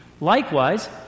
Likewise